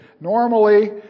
normally